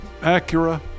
Acura